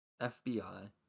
FBI